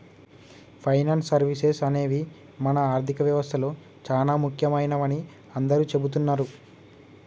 finance services అనేవి మన ఆర్థిక వ్యవస్తలో చానా ముఖ్యమైనవని అందరూ చెబుతున్నరు